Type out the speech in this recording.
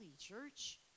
church